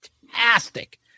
fantastic